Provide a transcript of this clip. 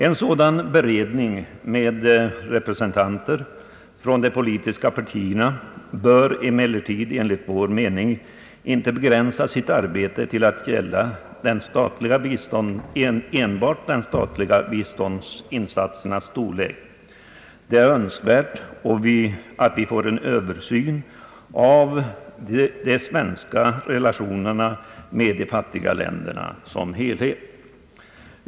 En sådan beredning med representanter för de politiska partierna bör emellertid enligt vår mening inte begränsa sitt arbete till att gälla enbart de statliga biståndsinsatsernas storlek. Det är önskvärt att vi får en översyn av de svenska relationerna med de fattiga länderna som helhet.